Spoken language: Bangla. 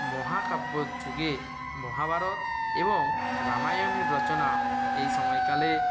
মহাকাব্য যুগে মহাভারত এবং রামায়নের রচনা এই সময়কালে